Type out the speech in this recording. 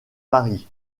paris